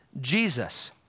Jesus